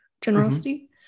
generosity